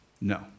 No